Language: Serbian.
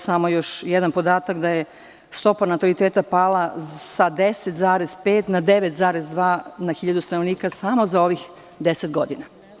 Samo još jedan podatak, da je stopa nataliteta pala sa 10,5% na 9,2% na hiljadu stanovnika, samo za ovih 10 godina.